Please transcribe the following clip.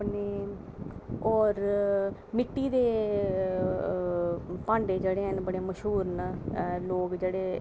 अपनी होर मिट्टी दे भांडे जेह्ड़े न मशहूर न लोग जेह्ड़े